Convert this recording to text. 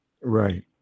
Right